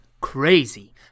crazy